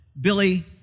Billy